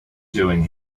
doing